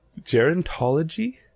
Gerontology